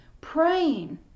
praying